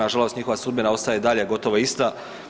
Nažalost njihova sudbina ostaje i dalje gotovo ista.